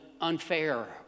unfair